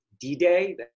D-Day